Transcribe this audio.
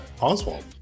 Oswald